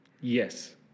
Yes